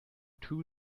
two